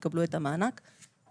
הם יקבלו את המענק בלבד.